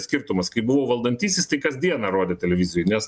skirtumas kai buvau valdantysis tai kasdieną rodė televizijoj nes